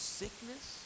sickness